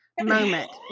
moment